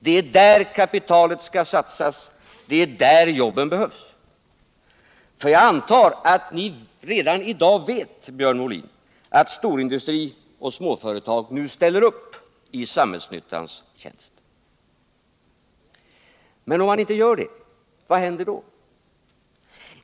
Det är där kapitalet skall satsas, det är där jobben behövs. För jag antar att ni redan i dag vet, Björn Molin, att storindustri och småföretag nu ställer upp i samhällsnyttans tjänst. Men om man inte gör det, vad händer då?